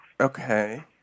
Okay